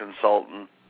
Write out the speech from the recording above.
consultant